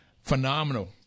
Phenomenal